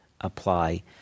apply